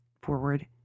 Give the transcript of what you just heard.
forward